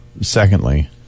Secondly